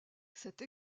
cette